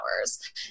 hours